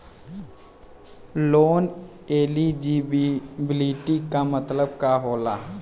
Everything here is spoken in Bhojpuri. लोन एलिजिबिलिटी का मतलब का होला?